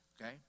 okay